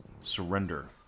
Surrender